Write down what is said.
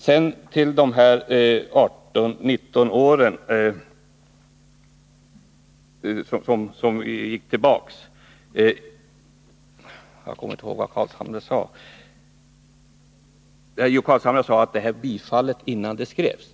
När det gäller rätten till återbetalningspliktiga studiemedel för 18-19 åringar, sade Nils Carlshamre att vår motion hade bifallits innan den väcktes.